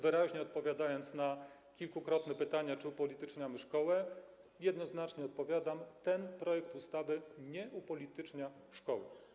Wyraźnie odpowiadając na kilkukrotne pytania, czy upolityczniamy szkołę, jednoznacznie mówię: ten projekt ustawy nie upolitycznia szkoły.